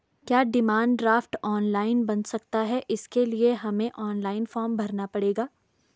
क्या demand draft online बन सकता है इसके लिए हमें ऑनलाइन फॉर्म भरना पड़ेगा?